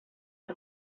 per